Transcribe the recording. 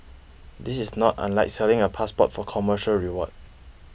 this is not unlike selling a passport for commercial reward